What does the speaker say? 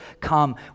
come